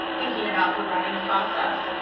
thinking about her writing process.